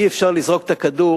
אי-אפשר לזרוק את הכדור